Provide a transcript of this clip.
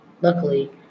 Luckily